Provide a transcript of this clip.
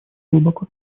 глубоко